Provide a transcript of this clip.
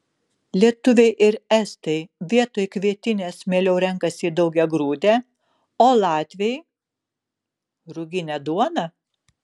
lietuviai ir estai vietoj kvietinės mieliau renkasi daugiagrūdę o latviai ruginę duoną